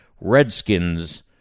Redskins